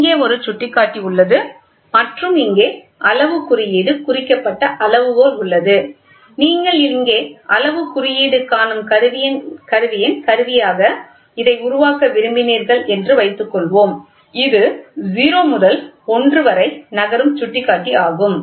இங்கே ஒரு சுட்டிக்காட்டி உள்ளது மற்றும் இங்கே அளவுக் குறியீடு குறிக்கப்பட்ட அளவுகோல் உள்ளது நீங்கள் இங்கே அளவுக் குறியீடு காணும் கருவியின் கருவியாக இதை உருவாக்க விரும்பினீர்கள் என்று வைத்துக்கொள்வோம் இது 0 முதல் 1 வரை நகரும் சுட்டிக்காட்டி ஆகும்